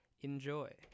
Enjoy